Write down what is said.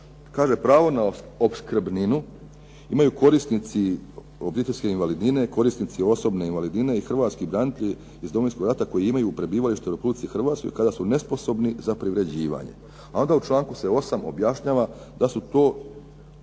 "Pravo na opskrbninu korisnici obiteljske invalidnine, korisnici osobne invalidnine i Hrvatski branitelji iz Domovinskog rata koji imaju prebivalište u Republici Hrvatskoj, kada su nesposobni za privređivanje". A da se u članku 8. objašnjava da su to,